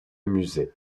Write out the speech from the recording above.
musée